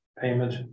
payment